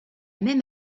même